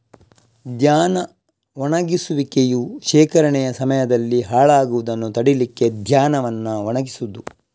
ಧಾನ್ಯ ಒಣಗಿಸುವಿಕೆಯು ಶೇಖರಣೆಯ ಸಮಯದಲ್ಲಿ ಹಾಳಾಗುದನ್ನ ತಡೀಲಿಕ್ಕೆ ಧಾನ್ಯವನ್ನ ಒಣಗಿಸುದು